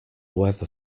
weather